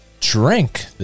drink